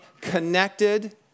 connected